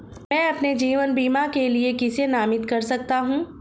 मैं अपने जीवन बीमा के लिए किसे नामित कर सकता हूं?